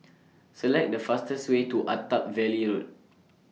Select The fastest Way to Attap Valley Road